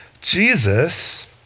Jesus